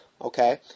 okay